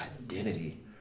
identity